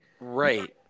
Right